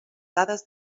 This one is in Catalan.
dades